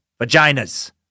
vaginas